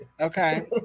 okay